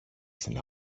στην